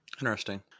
Interesting